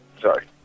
Sorry